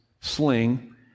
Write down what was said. sling